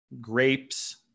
grapes